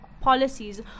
policies